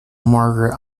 margaret